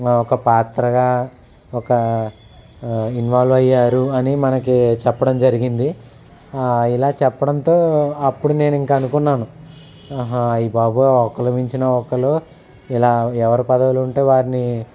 ఒక పాత్రగా ఒకా ఇన్వాల్వ్ అయ్యారు అని మనకి చెప్పడం జరిగింది ఇలా చెప్పడంతో అప్పుడు నేను ఇంక అనుకున్నాను అహా అయ్యబాబోయ్ ఒకళ్ళు మించిన ఒకళ్ళు ఇలా ఎవరు పదవిలో ఉంటే వారిని